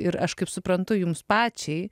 ir aš kaip suprantu jums pačiai